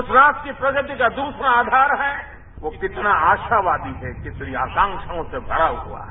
उस राष्ट्रीय प्रगति का दूसरा आधार है वो कितना आशावादी है कितनी आकांक्षाओं से भरा हुआ है